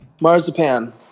Marzipan